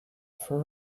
for